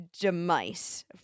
demise